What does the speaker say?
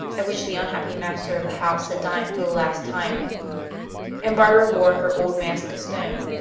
at which the unhappy master of the house had dined for the last time and barbara wore her old mask of stone,